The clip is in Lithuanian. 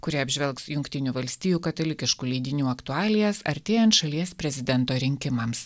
kuri apžvelgs jungtinių valstijų katalikiškų leidinių aktualijas artėjant šalies prezidento rinkimams